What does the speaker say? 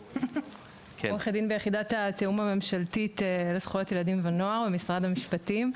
עו"ד ביחידת התיאום הממשלתית לזכויות ילדים ונוער במשרד המשפטים.